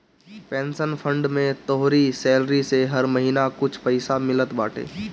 pension fund में तोहरी salary से हर महिना कुछ पईसा मिलत बाटे